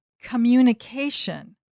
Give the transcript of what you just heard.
communication